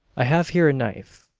i have here a knife.